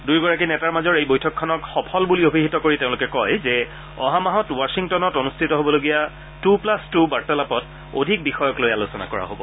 দুয়োগৰাকী নেতাৰ মাজৰ এই বৈঠকখনক সফল বুলি অভিহিত কৰি তেওঁলোকে কয় যে অহা মাহত ৱাখিংটনত অনুষ্ঠিত হ'বলগীয়া টু প্লাছ টু বাৰ্তালাপত অধিক বিষয়ক লৈ আলোচনা কৰা হ'ব